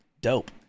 dope